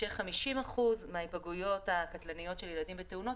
50 אחוזים מההיפגעויות הקטלניות של ילדים בתאונות